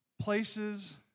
places